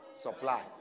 supply